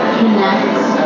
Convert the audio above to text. connects